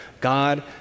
God